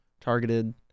targeted